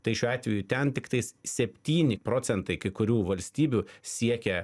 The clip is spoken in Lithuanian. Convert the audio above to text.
tai šiuo atveju ten tiktais septyni procentai kai kurių valstybių siekia